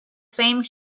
same